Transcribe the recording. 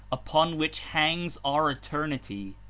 upon which hangs our eternity.